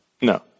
No